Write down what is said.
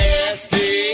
Nasty